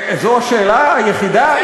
זו השאלה היחידה?